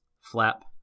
Flap